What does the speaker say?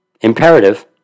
imperative